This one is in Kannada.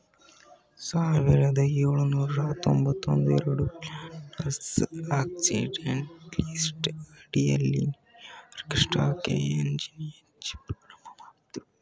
ಸಾವಿರದ ಏಳುನೂರ ತೊಂಬತ್ತಎರಡು ಪ್ಲಾಟಾನಸ್ ಆಕ್ಸಿಡೆಂಟಲೀಸ್ ಅಡಿಯಲ್ಲಿ ನ್ಯೂಯಾರ್ಕ್ ಸ್ಟಾಕ್ ಎಕ್ಸ್ಚೇಂಜ್ ಪ್ರಾರಂಭಮಾಡಿದ್ರು